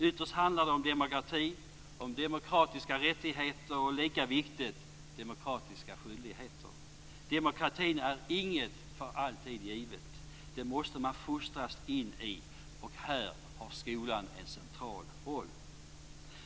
Ytterst handlar det om demokrati, om demokratiska rättigheter och, lika viktigt, demokratiska skyldigheter. Demokratin är inget för alltid givet. Den måste man fostras in i. Här har skolan en central roll.